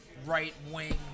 right-wing